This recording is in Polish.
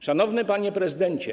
Szanowny Panie Prezydencie!